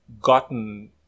gotten